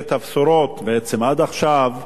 אדוני היושב-ראש,